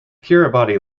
kiribati